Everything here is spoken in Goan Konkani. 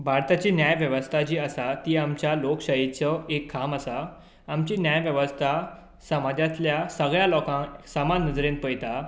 भारताची न्याय वेवस्था जी आसा ती आमच्या लोकशायेचो एक खाम आसा आमची न्याय वेवस्था समाजांतल्या सगळ्या लोकांक सामान नजरेन पळयता